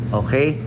okay